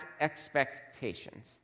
expectations